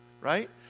right